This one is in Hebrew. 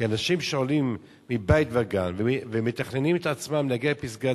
כי אנשים שעולים מבית-וגן ומתכננים את עצמם להגיע לפסגת-זאב,